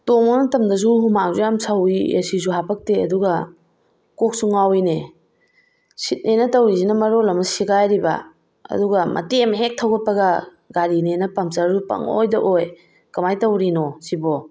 ꯇꯣꯡꯕ ꯃꯇꯝꯗꯁꯨ ꯍꯨꯃꯥꯡꯁꯨ ꯌꯥꯝ ꯁꯧꯋꯤ ꯑꯦ ꯁꯤꯁꯨ ꯍꯥꯄꯛꯇꯦ ꯑꯗꯨꯒ ꯀꯣꯛꯁꯨ ꯉꯥꯎꯋꯤꯅꯦ ꯁꯤꯠꯅꯦꯅ ꯇꯧꯔꯤꯁꯤꯅ ꯃꯔꯣꯜ ꯑꯃ ꯁꯦꯒꯥꯏꯔꯤꯕ ꯑꯗꯨꯒ ꯃꯇꯦꯛ ꯑꯃ ꯍꯦꯛ ꯊꯧꯒꯠꯄꯒ ꯒꯥꯔꯤꯅꯦꯅ ꯄꯝꯆꯔ ꯄꯪꯑꯣꯏꯗ ꯑꯣꯏ ꯀꯃꯥꯏꯅ ꯇꯧꯔꯤꯅꯣ ꯁꯤꯕꯣ